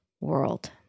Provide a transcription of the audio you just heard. world